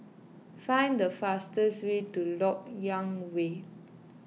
find the fastest way to Lok Yang Way